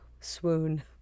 swoon